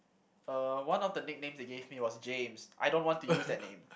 uh one the nicknames they gave me was James I don't want to use that name